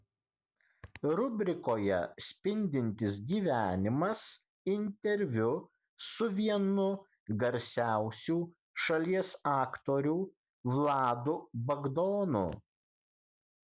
rubrikoje spindintis gyvenimas interviu su vienu garsiausių šalies aktorių vladu bagdonu